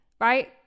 right